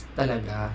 talaga